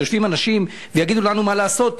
שיושבים אנשים ויגידו לנו מה לעשות,